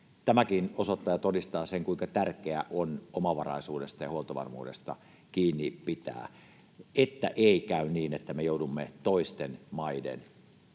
Tämäkin osoittaa ja todistaa, kuinka tärkeää on omavaraisuudesta ja huoltovarmuudesta kiinni pitää, jotta ei käy niin, että joudumme toisten maiden